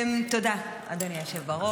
תודה, אדוני היושב בראש.